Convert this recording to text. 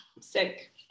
sick